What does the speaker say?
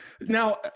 Now